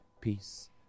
peace